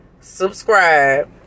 Subscribe